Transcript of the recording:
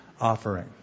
offering